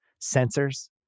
sensors